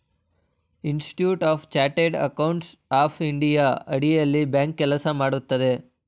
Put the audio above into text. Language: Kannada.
institute of chartered accountants of India ಅಡಿಯಲ್ಲಿ ಬ್ಯಾಂಕ್ ಕೆಲಸ ಮಾಡುತ್ತದೆ